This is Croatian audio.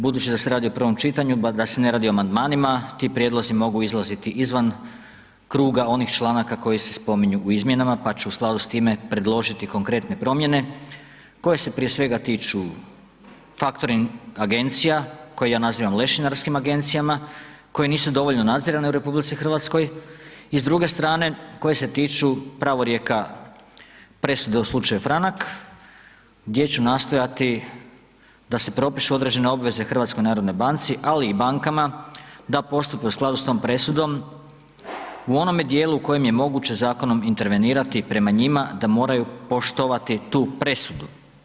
Budući da se radi o prvom čitanju, da se ne radi o amandmanima ti prijedlozi mogu izlaziti izvan kruga onih članaka koji se spominju u izmjenama pa ću u skladu s time predložiti konkretne promjene koje se prije svega tiču faktoring agencija koje ja nazivam lešinarskim agencijama, koje nisu dovoljno nadzirane u RH i s druge strane koje se tiču pravorijeka presude u slučaju Franak gdje ću nastojati da se propišu određene obveze HNB-u, ali i bankama da postupe u skladu s tom presudom u onome dijelu u kojem je moguće zakonom intervenirati prema njima da moraju poštovati tu presudu.